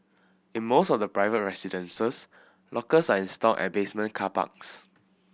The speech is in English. in most of the private residences lockers are installed at basement car parks